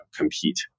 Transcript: compete